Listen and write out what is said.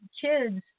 kids